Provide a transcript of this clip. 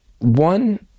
One